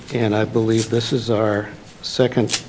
and i believe this is our second